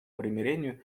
примирению